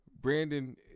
Brandon